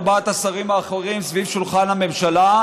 ארבעת השרים האחרים סביב שולחן הממשלה,